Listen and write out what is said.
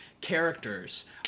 characters